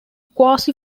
quasi